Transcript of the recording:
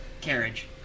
Carriage